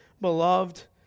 beloved